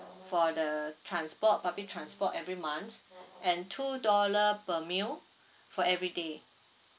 for the transport public transport every month and two dollar per meal for every day